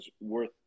worth